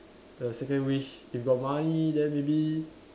the second wish if got money then maybe